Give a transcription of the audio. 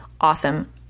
awesome